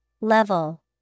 Level